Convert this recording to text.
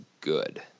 good